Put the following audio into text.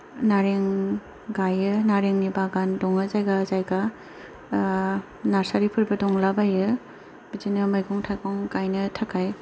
नारें गायो नारेंनि बागान दङो जायगा जायगा ओ नार्सारिफोरबो दंलाबायो बिदिनो मैगं थाइगं गायनो थाखाय